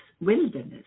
wilderness